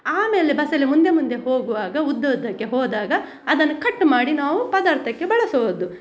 ಆಮೇಲೆ ಬಸಳೆ ಮುಂದೆ ಮುಂದೆ ಹೋಗುವಾಗ ಉದ್ದ ಉದ್ದಕ್ಕೆ ಹೋದಾಗ ಅದನ್ನ ಕಟ್ ಮಾಡಿ ನಾವು ಪದಾರ್ಥಕ್ಕೆ ಬಳಸೋದು